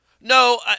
No